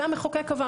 את זה המחוקק קבע.